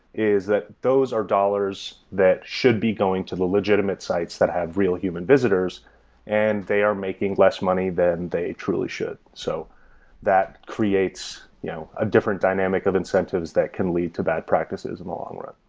is that those are dollars that should be going to the legitimate sites that have real human visitors and they are making less money than they truly should. so that creates you know a different dynamic of incentives that can lead to bad practices in the long run.